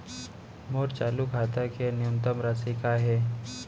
मोर चालू खाता के न्यूनतम राशि का हे?